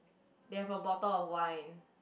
they have a bottle of wine